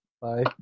Bye